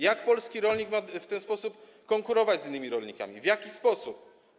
Jak polski rolnik ma w ten sposób konkurować z innymi rolnikami, w jaki sposób?